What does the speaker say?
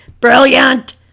Brilliant